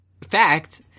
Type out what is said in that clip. fact